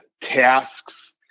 tasks